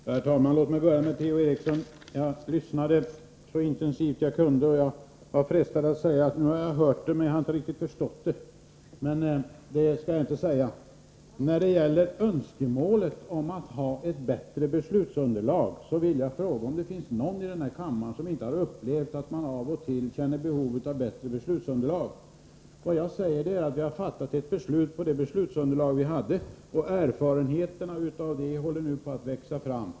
Herr talman! Låt mig börja med att bemöta Per-Ola Eriksson. Jag lyssnade så intensivt jag kunde till hans inlägg och är frestad att säga: Jag har hört det, men jag har inte riktigt förstått det. När det gäller önskemålet om att ha ett bättre beslutsunderlag vill jag fråga om det finns någon i den här kammaren som inte har upplevt att man av och till känner behov av bättre beslutsunderlag. Vi fattade ett beslut på det beslutsunderlag vi hade. Erfarenheterna av det håller på att växa fram.